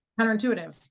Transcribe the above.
counterintuitive